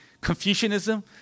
Confucianism